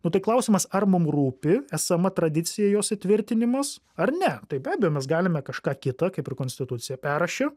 nu tai klausimas ar mum rūpi esama tradicija jos įtvirtinimas ar ne tai be abejo mes galime kažką kitą kaip ir konstituciją perrašė